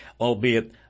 albeit